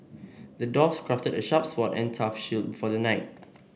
the dwarf crafted a sharp sword and a tough shield for the knight